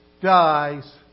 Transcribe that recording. dies